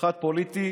אחד פוליטי